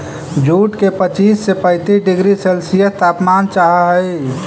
jute के पच्चीस से पैंतीस डिग्री सेल्सियस तापमान चाहहई